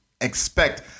expect